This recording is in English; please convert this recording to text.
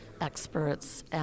experts